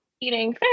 eating